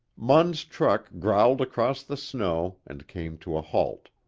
munn's truck growled across the snow and came to a halt.